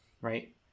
right